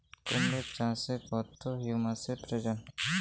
কুড়মো চাষে কত হিউমাসের প্রয়োজন?